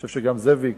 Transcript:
אני חושב שגם זאביק.